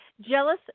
jealous